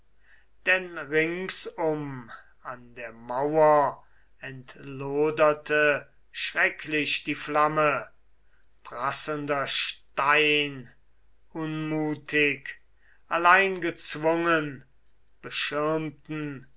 denn ringsum an der mauer entloderte schrecklich die flamme prasselnder stein unmutig allein gezwungen beschirmten